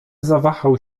zawahał